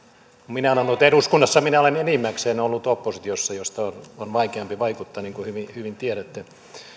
minä olen ollut eduskunnassa minä olen enimmäkseen ollut oppositiossa josta on vaikeampi vaikuttaa niin kuin hyvin tiedätte